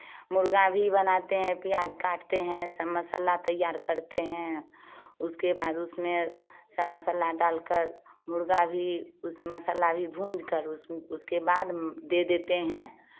मुर्गा भी बनाते हैं प्याज काटते हैं सब मसाला तैयार करते हैं उसके बाद उसमें सब मसाला डालकर मुर्गा भी उस मसाला भी भूज कर उसके बाद दे देते हैं